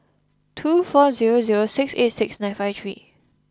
two four zero zero six eight six nine five three